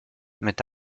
mit